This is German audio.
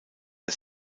der